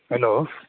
hello